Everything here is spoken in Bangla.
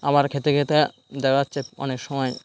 আবার খেতে খেতে দেখা যাচ্ছে অনেক সময়